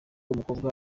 umukobwa